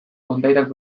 kondairak